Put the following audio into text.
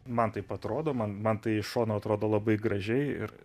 man taip atrodo man man tai iš šono atrodo labai gražiai ir